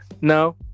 no